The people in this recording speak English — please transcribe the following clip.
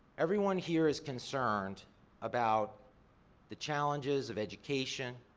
everyone here is concerned about the challenges of education,